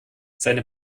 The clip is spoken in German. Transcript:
seine